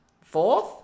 Fourth